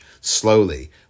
slowly